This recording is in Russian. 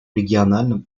региональном